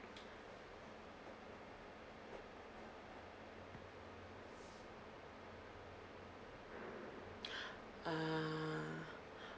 ah